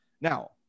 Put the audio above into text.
Now